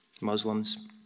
Muslims